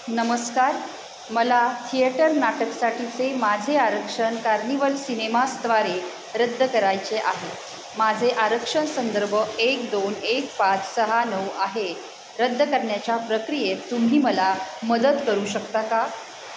नमस्कार मला थिएटर नाटकसाठीचे माझे आरक्षण कार्निवल सिनेमासद्वारे रद्द करायचे आहे माझे आरक्षण संदर्भ एक दोन एक पाच सहा नऊ आहे रद्द करण्याच्या प्रक्रियेत तुम्ही मला मदत करू शकता का